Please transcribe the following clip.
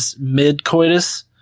mid-coitus